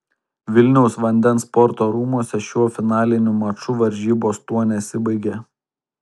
vilniaus vandens sporto rūmuose šiuo finaliniu maču varžybos tuo nesibaigė